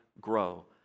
grow